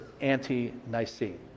anti-Nicene